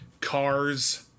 Cars